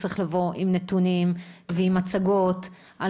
הוא צריך לבוא עם נתונים ועם מצגות על